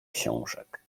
książek